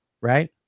Right